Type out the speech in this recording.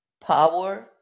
power